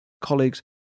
colleagues